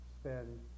spend